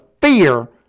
fear